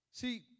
See